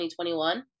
2021